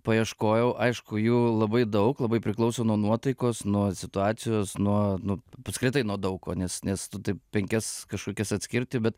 paieškojau aišku jų labai daug labai priklauso nuo nuotaikos nuo situacijos nuo nu apskritai nuo daug ko nes nes tu taip penkias kažkokias atskirti bet